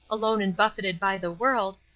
alone and buffeted by the world,